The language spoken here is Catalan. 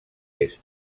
est